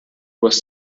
was